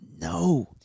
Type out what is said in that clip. no